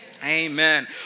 Amen